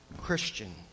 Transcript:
Christian